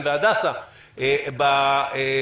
ספציפי